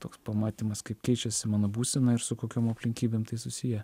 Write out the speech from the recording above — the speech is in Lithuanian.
toks pamatymas kaip keičiasi mano būsena ir su kokiom aplinkybėm tai susiję